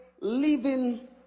living